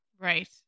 Right